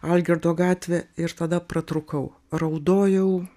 algirdo gatvė ir tada pratrūkau raudojau